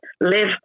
Live